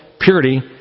purity